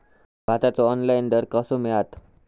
भाताचो ऑनलाइन दर कसो मिळात?